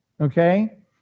okay